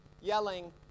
yelling